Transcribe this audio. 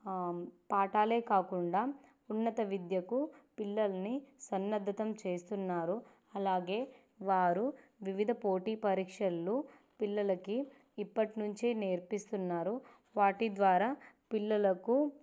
పాఠాలు కాకుండా ఉన్నత విద్యకు పిల్లల్ని సంసిద్దం చేస్తున్నారు అలాగే వారు వివిధ పోటీ పరీక్షలు పిల్లలకి ఇప్పటినుంచే నేర్పిస్తున్నారు వాటి ద్వారా పిల్లలకు